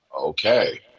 Okay